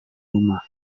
rumah